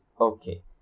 Okay